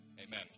Amen